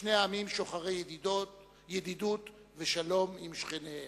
שני העמים שוחרי ידידות ושלום עם שכניהם.